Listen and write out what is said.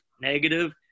negative